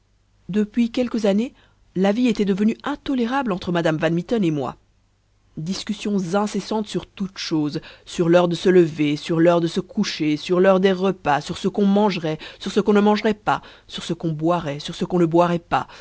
depuis quelques années la vie était devenue intolérable entre madame van mitten et moi discussions incessantes sur toutes choses sur l'heure de se lever sur l'heure de se coucher sur l'heure des repas sur ce qu'on mangerait sur ce qu'on ne mangerait pas sur ce qu'on boirait sur ce qu'on ne boirait pas